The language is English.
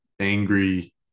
angry